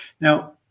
Now